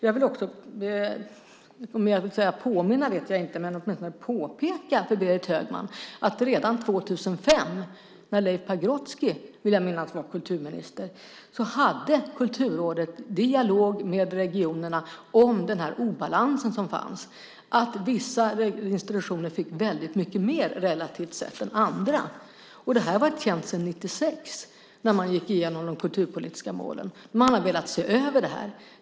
Jag vill påpeka för Berit Högman att redan 2005 när Leif Pagrotsky var kulturminister hade Kulturrådet en dialog med regionerna om den obalans som fanns i att vissa institutioner fick väldigt mycket mer än andra relativt sett. Det var känt sedan 1996 när man gick igenom de kulturpolitiska målen. Man ville se över detta.